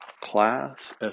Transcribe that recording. class